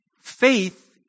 Faith